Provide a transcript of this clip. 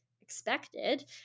expected